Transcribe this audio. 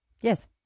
yes